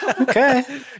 Okay